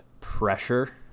pressure